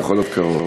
זה יכול להיות קרוב.